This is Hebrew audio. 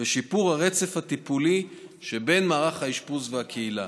ושיפור הרצף הטיפולי שבין מערך האשפוז והקהילה.